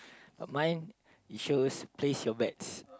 but mine it shows place your bets